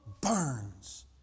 burns